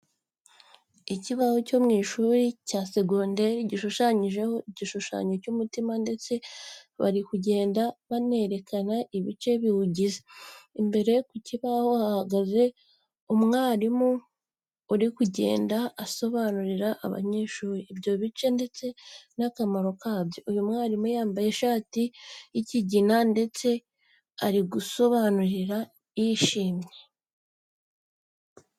Ikibaho cyo mu ishuri rya segonderi gishushanyijeho igishushanyo cy'umutima ndetse bari kugenda banerekana ibice biwugize. Imbere ku kibaho hahagaze umwari uri kugenda asobanurira abanyeshuri ibyo bice ndetse n'akamaro kabyo. Uyu mwarimu yambaye ishati y'ikigina ndetse ari gusobanura yishimye cyane.